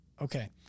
Okay